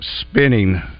spinning